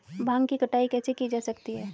भांग की कटाई कैसे की जा सकती है?